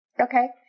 Okay